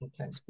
Okay